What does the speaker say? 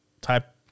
type